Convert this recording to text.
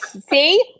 see